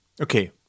okay